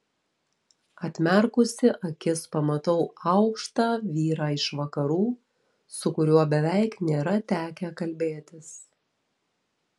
atmerkusi akis pamatau aukštą vyrą iš vakarų su kuriuo beveik nėra tekę kalbėtis